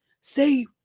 say